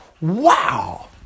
Wow